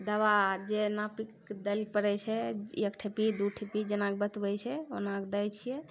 दवा जे नापिके दैलए पड़ै छै एक ठेपी दू ठेपी जेनाके बतबै छै ओनाके दै छिए